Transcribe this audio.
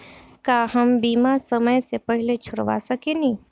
का हम बीमा समय से पहले छोड़वा सकेनी?